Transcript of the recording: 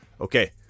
Okay